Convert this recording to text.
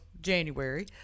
January